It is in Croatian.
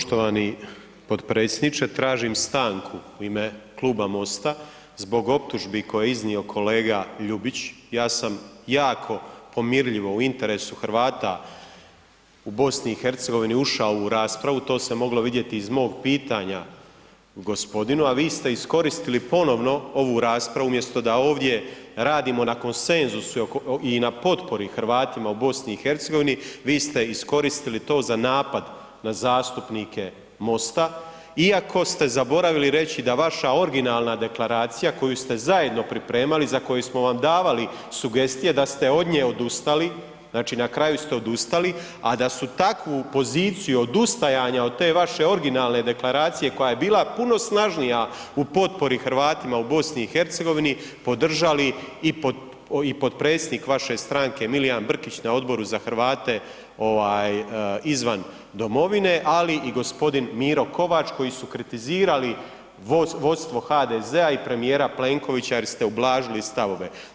Poštovani potpredsjedniče, tražim stanku u ime Kluba MOST-a zbog optužbi koje je iznio kolega Ljubić, ja sam jako pomirljivo u interesu Hrvata u BiH ušao u raspravu, to se moglo vidjeti i iz mog pitanja gospodinu, a vi ste iskoristili ponovno ovu raspravu umjesto da ovdje radimo na konsenzusu i na potpori Hrvatima u BiH, vi ste iskoristili to za napad na zastupnike MOST-a iako ste zaboravili reći da vaša originalna deklaracija koju ste zajedno pripremali, za koju smo vam davali sugestije, da ste od nje odustali, znači, na kraju ste odustali, a da su takvu poziciju odustajanja od te vaše originalne deklaracije koja je bila puno snažnija u potpori Hrvatima u BiH, podržali i potpredsjednik vaše stranke Milijan Brkić na Odboru za Hrvate izvan domovine, ali i g. Miro Kovač koji su kritizirali vodstvo HDZ-a i premijera Plenkovića jer ste ublažili stavove.